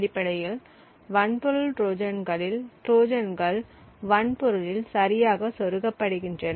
அடிப்படையில் வன்பொருள் ட்ரோஜன்களில் ட்ரோஜான்கள் வன்பொருளில் சரியாக சொருகப்படுகின்றன